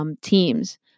teams